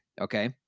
okay